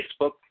Facebook